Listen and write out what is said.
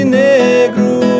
negro